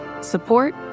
support